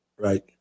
Right